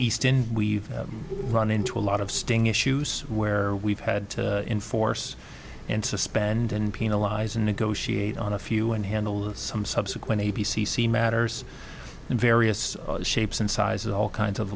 east end we've run into a lot of sting issues where we've had to enforce and suspend and penalize and negotiate on a few and handle some subsequent a b c see matters in various shapes and sizes all kinds of